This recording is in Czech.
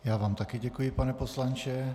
Já vám také děkuji, pane poslanče.